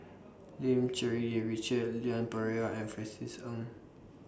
Lim Cherng Yih Richard Leon Perera and Francis Ng